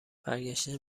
برگشته